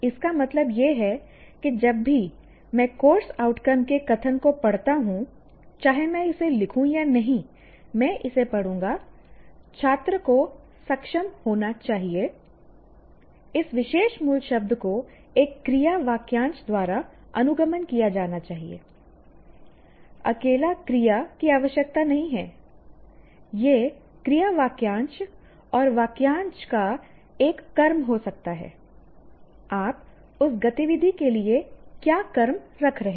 इसका मतलब यह है कि जब भी मैं कोर्स आउटकम के कथन को पढ़ता हूं चाहे मैं इसे लिखूं या नहीं मैं इसे पढ़ूंगा "छात्र को सक्षम होना चाहिए" इस विशेष मूलशब्द को एक क्रिया वाक्यांश द्वारा अनुगमन किया जाना चाहिए अकेला क्रिया की आवश्यकता नहीं है यह क्रिया वाक्यांश और वाक्यांश का एक कर्म हो सकता है आप उस गतिविधि के लिए क्या कर्म रख रहे हैं